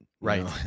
Right